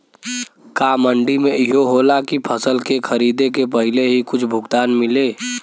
का मंडी में इहो होला की फसल के खरीदे के पहिले ही कुछ भुगतान मिले?